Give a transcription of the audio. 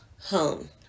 home